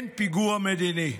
כן, פיגוע מדיני.